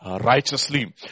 righteously